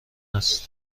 هست